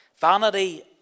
Vanity